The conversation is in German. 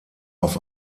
auf